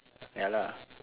ya lah